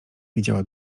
widziała